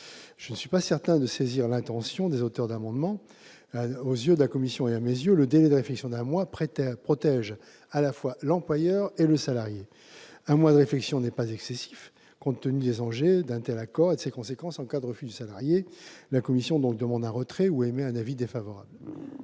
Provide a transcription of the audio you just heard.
Je ne suis pas certain de saisir l'intention des auteurs de l'amendement. Aux yeux de la commission, et aux miens, le délai de réflexion d'un mois protège à la fois l'employeur et le salarié. Un mois de réflexion n'est pas excessif compte tenu des enjeux d'un tel accord et de ses conséquences en cas de refus du salarié. La commission demande donc le retrait de cet amendement